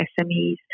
SMEs